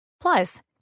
Plus